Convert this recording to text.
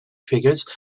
figures